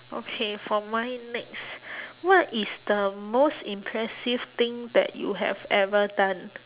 okay for mine next what is the most impressive thing that you have ever done